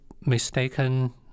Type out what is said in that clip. mistaken